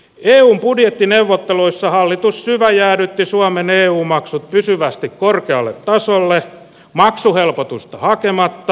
eun budjettineuvotteluissa hallitus syväjäädytti suomen eu maksut pysyvästi korkealle tasolle maksuhelpotusta hakematta